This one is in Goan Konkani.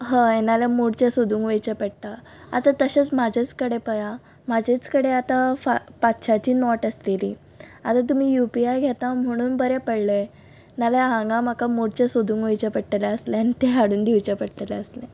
हय नाल्यार मोडचे सोदूंक वयचें पडटा आतां तशेंच म्हाजेच कडेन पय आ म्हाजेच कडेन आतां फा पांचश्यांची नोट आसलेली आतां तुमी युपीआय घेता म्हुणून बरें पडलें नाल्या हांगां म्हाका मोडचे सोदूंक वयचें पडटलें आसलें आन ते हाडून दिवचे पडटले आसले